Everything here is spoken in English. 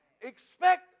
Expect